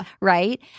Right